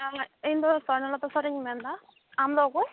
ᱤᱧ ᱫᱚ ᱥᱚᱨᱱᱚᱞᱚᱛᱟ ᱥᱚᱨᱮᱱᱤᱧ ᱢᱮᱱᱫᱟ ᱟᱢ ᱫᱚ ᱚᱠᱚᱭ